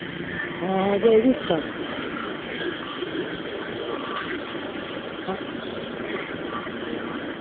ᱦᱚᱸ ᱦᱚᱸ ᱡᱳᱭᱵᱤᱠ ᱥᱟᱨ ᱦᱚᱸ